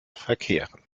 verkehren